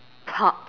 po~